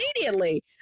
immediately